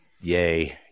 Yay